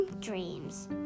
dreams